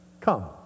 come